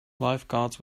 lifeguards